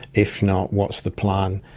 if not, what's the plan?